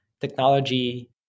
technology